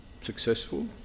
successful